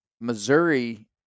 Missouri